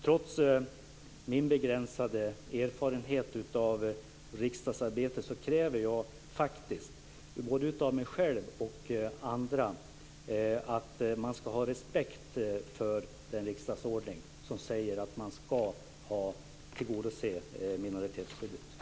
Trots min begränsade erfarenhet av riksdagsarbete så kräver jag faktiskt både av mig själv och av andra att man har respekt för den riksdagsordning som säger att man ska tillgodose minoritetsskyddet.